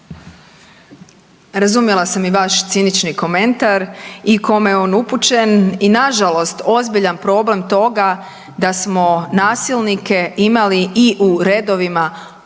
Razumjela sam i vaš cinični komentar i kome je on upućen. I na žalost ozbiljan problem toga da smo nasilnike imali i u redovima onih